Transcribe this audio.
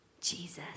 Jesus